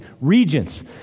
regents